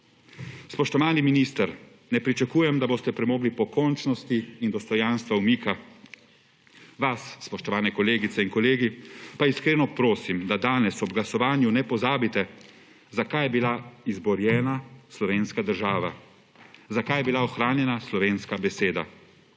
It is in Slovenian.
Spoštovani minister, ne pričakujem, da boste premogli pokončnosti in dostojanstva umika. Vas, spoštovane kolegice in kolegi, pa iskreno prosim, da danes ob glasovanju ne pozabite, zakaj je bila izborjena slovenska država, zakaj je bila ohranjena slovenska beseda.